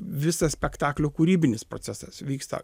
visas spektaklio kūrybinis procesas vyksta